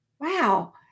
wow